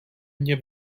mně